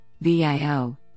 VIO